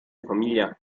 famiglia